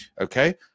okay